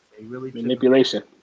Manipulation